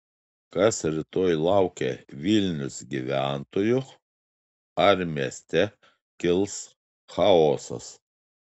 kas rytoj laukia vilnius gyventojų ar mieste kils chaosas